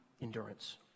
endurance